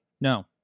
no